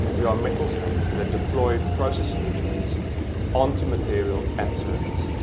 we are metals company that deploy process solutions onto material at surface,